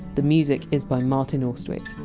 the music is by martin austwick.